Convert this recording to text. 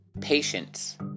patience